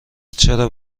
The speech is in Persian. چرا